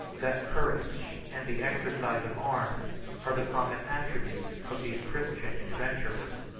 that courage and the exercise of arms are the common attribute of these christian adventurers.